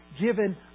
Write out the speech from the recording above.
given